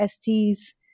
ST's